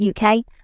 UK